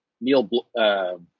Neil